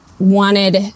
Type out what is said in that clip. wanted